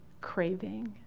craving